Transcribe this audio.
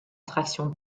traction